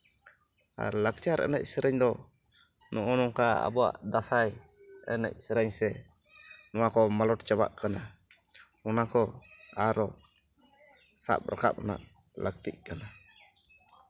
ᱟᱨ ᱞᱟᱠᱪᱟᱨ ᱮᱱᱮᱡᱼᱥᱮᱨᱮᱧ ᱫᱚ ᱱᱚᱜᱼᱚ ᱱᱚᱝᱠᱟ ᱟᱵᱚᱣᱟᱜ ᱫᱟᱸᱥᱟᱭ ᱮᱱᱮᱡ ᱥᱮᱨᱮᱧ ᱥᱮ ᱱᱚᱣᱟᱠᱚ ᱢᱟᱞᱚᱴ ᱪᱟᱵᱟᱜ ᱠᱟᱱᱟ ᱚᱱᱟᱠᱚ ᱟᱨᱚ ᱥᱟᱵ ᱨᱟᱠᱟᱵ ᱨᱮᱱᱟᱜ ᱞᱟᱹᱠᱛᱤᱜ ᱠᱟᱱᱟ